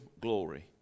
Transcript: glory